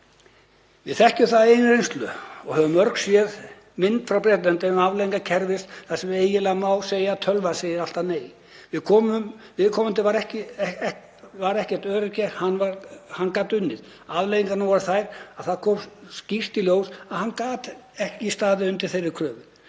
Við þekkjum það af eigin reynslu og höfum mörg séð mynd frá Bretlandi um afleiðingar kerfis þar sem eiginlega má segja að tölvan segi alltaf nei. Viðkomandi var ekki öryrki, hann gat unnið. Afleiðingarnar voru að það kom skýrt í ljós að hann gat ekki staðið undir þeirri kröfu.